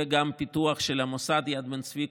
וגם פיתוח של המוסד יד בן צבי,